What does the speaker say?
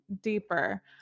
deeper